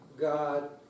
God